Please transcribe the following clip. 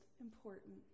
important